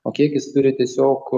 o kiek jis turi tiesiog